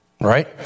Right